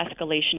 escalation